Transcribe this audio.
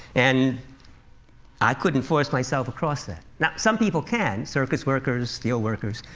and i couldn't force myself across that. now some people can circus workers, steel workers.